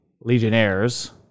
legionnaires